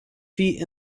feet